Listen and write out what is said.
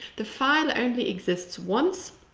the file only exists once.